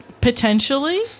Potentially